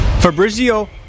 Fabrizio